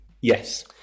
Yes